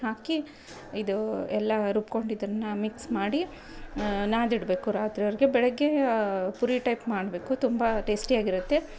ಹಾಕಿ ಇದು ಎಲ್ಲ ರುಬ್ಕೊಂಡು ಇದನ್ನು ಮಿಕ್ಸ್ ಮಾಡಿ ನಾದಿಡಬೇಕು ರಾತ್ರಿವರೆಗೆ ಬೆಳಗ್ಗೇ ಪೂರೀ ಟೈಪ್ ಮಾಡಬೇಕು ತುಂಬ ಟೇಸ್ಟಿಯಾಗಿರುತ್ತೆ